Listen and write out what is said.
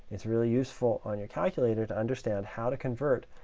it's really useful on your calculator to understand how to convert